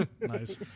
nice